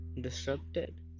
disrupted